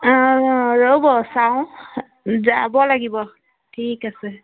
অঁ ৰ'ব চাওঁ যাব লাগিব ঠিক আছে